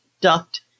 duct